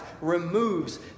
removes